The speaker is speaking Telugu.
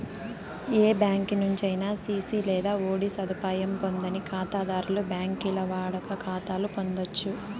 ఏ బ్యాంకి నుంచైనా సిసి లేదా ఓడీ సదుపాయం పొందని కాతాధర్లు బాంకీల్ల వాడుక కాతాలు పొందచ్చు